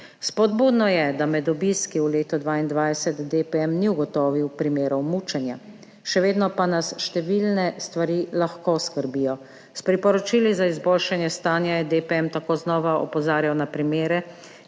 Spodbudno je, da med obiski v letu 2022 DPM ni ugotovil primerov mučenja, še vedno pa nas lahko skrbijo številne stvari. S priporočili za izboljšanje stanja je DPM tako znova opozarjal na primere,